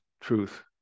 truth